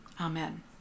Amen